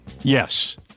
Yes